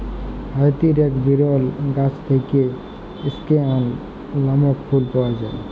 হাইতির এক বিরল গাছ থেক্যে স্কেয়ান লামক ফুল পাওয়া যায়